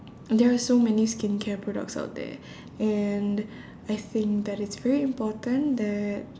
there are so many skincare products out there and I think that it's very important that